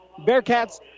Bearcats